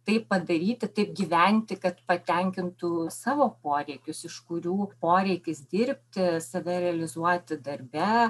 taip padaryti taip gyventi kad patenkintų savo poreikius iš kurių poreikis dirbti save realizuoti darbe